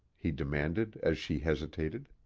he demanded as she hesitated.